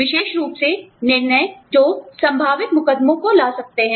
विशेष रूप से निर्णय जो संभावित मुकदमों को ला सकते हैं